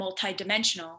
multidimensional